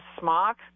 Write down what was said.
smock